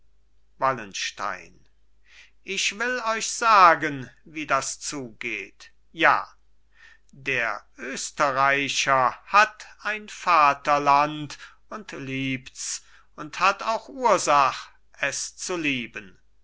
wallenstein ich will euch sagen wie das zugeht ja der österreicher hat ein vaterland und liebts und hat auch ursach es zu lieben